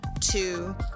two